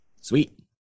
Sweet